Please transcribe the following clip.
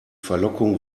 verlockung